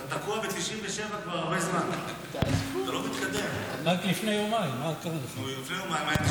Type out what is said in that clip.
חבר הכנסת אבי מעוז,